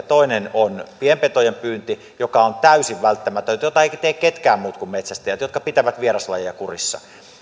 toinen on pienpetojen pyynti joka on täysin välttämätöntä jota eivät tee ketkään muut kuin metsästäjät jotka pitävät vieraslajeja kurissa